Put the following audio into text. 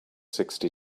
sixty